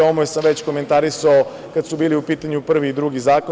O ovome sam već komentarisao kada su bili u pitanju prvi i drugi zakon.